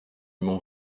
mont